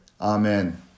Amen